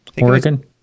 Oregon